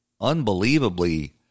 unbelievably